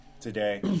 today